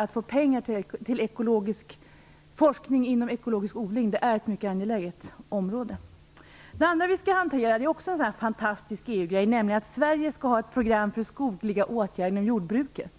Att få pengar till forskning inom ekologisk odling är mycket angeläget. Det andra vi skall hantera är också en sådan där fantastisk EU-grej, nämligen att Sverige skall ha ett program för skogliga åtgärder i jordbruket.